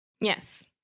Yes